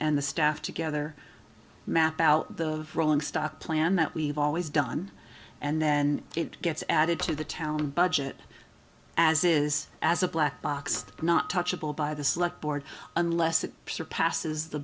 and the staff together map out the rolling stock plan that we've always done and then it gets added to the town budget as is as a black box not touchable by the select board unless it surpasses the